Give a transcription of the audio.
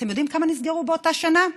אתם יודעים כמה נסגרו באותה שנה?